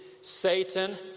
Satan